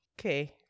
Okay